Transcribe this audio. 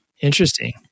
Interesting